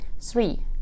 Three